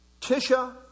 Tisha